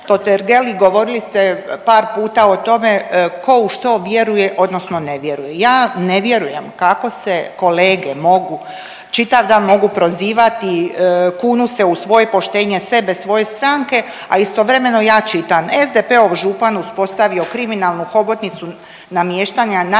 Tortgergeli govorili ste par puta o tome tko u što vjeruje odnosno ne vjeruje. Ja ne vjerujem kako se kolege mogu, čitav dan mogu prozivati, kunu se u svoje poštenje, sebe, svoje stranke, a istovremeno ja čitam SDP-ov župan uspostavio kriminalnu hobotnicu namještanja natječaja